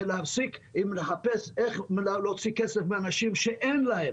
צריך להפסיק לחפש איך להוציא כסף מאנשים שאין להם.